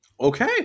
Okay